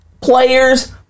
players